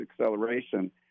acceleration